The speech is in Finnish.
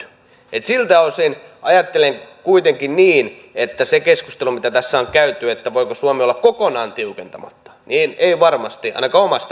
että siltä osin ajattelen kuitenkin niin kun sitä keskustelua tässä on käyty voiko suomi olla kokonaan tiukentamatta että ei varmasti ainakaan omasta mielestäni